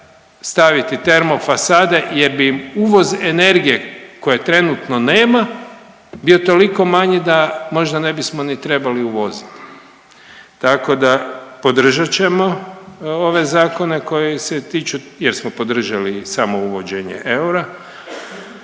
staviti termo fasade jer bi im uvoz energije koje trenutno nema bio toliko manji, da možda ne bismo ni trebali uvoziti. Tako da podržat ćemo ove zakone koji se tiču, jer smo podržali i samo uvođenje eura.